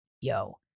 yo